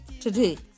today